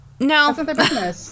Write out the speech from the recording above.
No